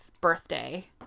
birthday